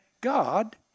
God